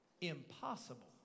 Impossible